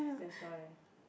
that's why